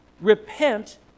repent